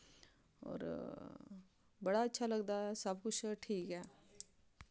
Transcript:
होर बड़ा अच्छा लगदा ऐ सब कुछ ठीक ऐ